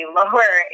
lower